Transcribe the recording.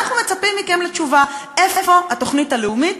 אנחנו מצפים מכם לתשובה: איפה התוכנית הלאומית